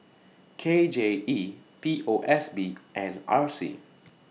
K J E P O S B and R C